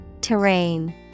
Terrain